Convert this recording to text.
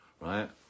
right